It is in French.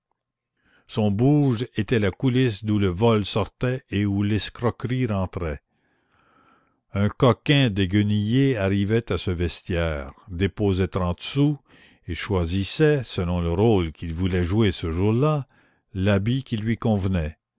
son bouge était la coulisse d'où le vol sortait et où l'escroquerie rentrait un coquin déguenillé arrivait à ce vestiaire déposait trente sous et choisissait selon le rôle qu'il voulait jouer ce jour-là l'habit qui lui convenait